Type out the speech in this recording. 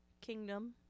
kingdom